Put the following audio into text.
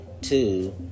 Two